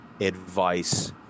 advice